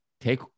take